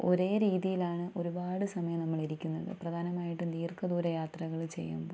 ഒരേ രീതിയിലാണ് ഒരുപാട് സമയം നമ്മൾ ഇരിക്കുന്നത് പ്രധാനമായിട്ടും ദീർഘ ദൂര യാത്രകൾ ചെയ്യുമ്പോൾ